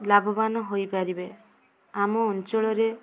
ଲାଭବାନ ହୋଇପାରିବେ ଆମ ଅଞ୍ଚଳରେ